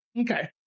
okay